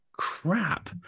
crap